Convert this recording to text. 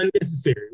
unnecessary